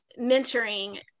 mentoring